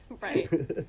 Right